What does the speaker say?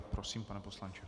Prosím, pane poslanče.